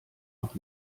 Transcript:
noch